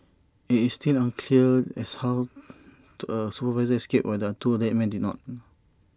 IT is still unclear as how the supervisor escaped while the two dead men did not